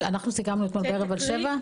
5 או 7. אנחנו סיכמנו אתמול בערב על 7 שנים.